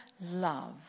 love